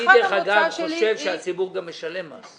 אני אגב חושב שהציבור משלם מס.